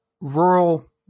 rural